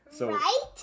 right